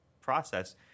process